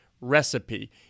recipe